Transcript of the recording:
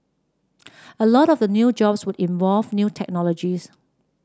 a lot of the new jobs would involve new technologies